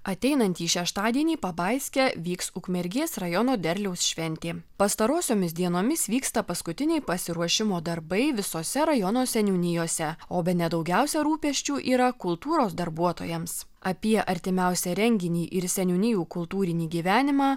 ateinantį šeštadienį pabaiske vyks ukmergės rajono derliaus šventė pastarosiomis dienomis vyksta paskutiniai pasiruošimo darbai visose rajono seniūnijose o bene daugiausiai rūpesčių yra kultūros darbuotojams apie artimiausią renginį ir seniūnijų kultūrinį gyvenimą